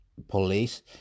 Police